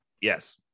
Yes